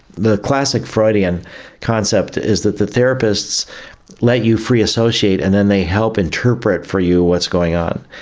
the classic freudian concept is that the therapists let you free associate and then they help interpret for you what's going on,